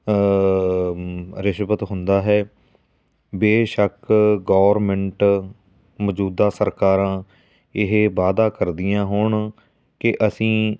ਰਿਸ਼ਵਤ ਹੁੰਦਾ ਹੈ ਬੇਸ਼ੱਕ ਗੌਰਮੈਂਟ ਮੌਜੂਦਾ ਸਰਕਾਰਾਂ ਇਹ ਵਾਅਦਾ ਕਰਦੀਆਂ ਹੋਣ ਕਿ ਅਸੀਂ